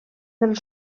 del